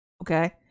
Okay